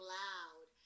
loud